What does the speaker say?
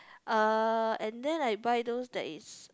uh and then I buy those that is